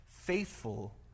Faithful